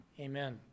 amen